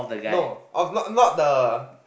no of not not the